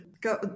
go